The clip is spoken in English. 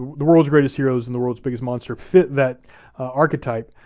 the world's greatest heroes and the world's biggest monster fit that archetype,